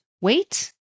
wait